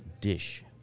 Dish